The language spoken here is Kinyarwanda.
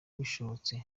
bishobotse